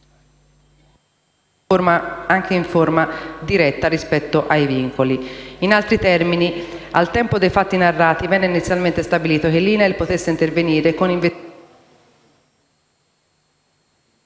anche in forma diretta, nel rispetto dei vincoli. In altri termini, al tempo dei fatti narrati venne inizialmente stabilito che l'INAIL potesse intervenire con